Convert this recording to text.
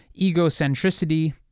egocentricity